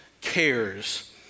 cares